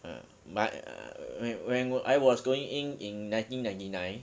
uh but when when I was going in in nineteen ninety nine